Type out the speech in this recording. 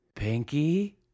Pinky